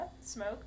Smoke